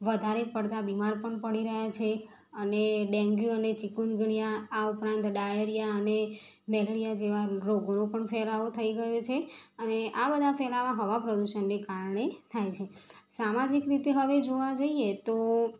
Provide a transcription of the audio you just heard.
વધારે પડતા બીમાર પણ પડી રહ્યા છે અને ડેંગ્યુ અને ચીકનગુનિયા આ ઉપરાંત ડાયરિયા અને મેલેરિયા જેવા રોગોનો પણ ફેલાવો થઈ ગયો છે અને આ બધા ફેલાવા હવા પ્રદુષણને કારણે થાય છે સામજિક રીતે હવે જોવા જઈએ તો